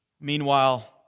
Meanwhile